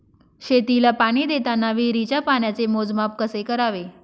शेतीला पाणी देताना विहिरीच्या पाण्याचे मोजमाप कसे करावे?